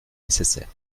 nécessaire